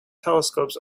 telescopes